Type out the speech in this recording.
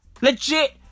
Legit